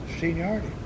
Seniority